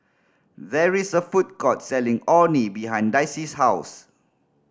there is a food court selling Orh Nee behind Dicy's house